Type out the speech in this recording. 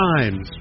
Times